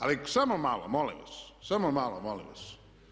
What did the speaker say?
Ali samo malo, molim vas, samo malo molim vas.